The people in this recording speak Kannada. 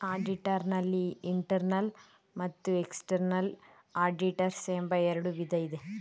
ಆಡಿಟರ್ ನಲ್ಲಿ ಇಂಟರ್ನಲ್ ಮತ್ತು ಎಕ್ಸ್ಟ್ರನಲ್ ಆಡಿಟರ್ಸ್ ಎಂಬ ಎರಡು ವಿಧ ಇದೆ